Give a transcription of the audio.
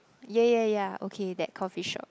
yeah yeah yeah okay that coffee shop